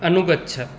अनुगच्छ